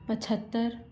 पचहत्तर